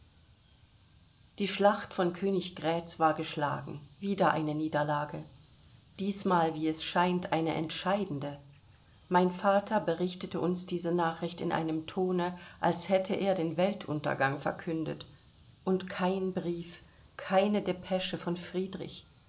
die schlacht von königgrätz war geschlagen wieder eine niederlage diesmal wie es scheint eine entscheidende mein vater berichtete uns diese nachricht in einem tone als hätte er den weltuntergang verkündet und kein brief keine depesche von friedrich